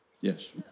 Yes